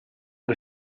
che